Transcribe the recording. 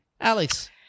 Alex